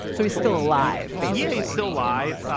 so he's still alive, but yeah still alive.